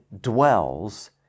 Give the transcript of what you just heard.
dwells